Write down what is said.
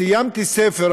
סיימתי ספר,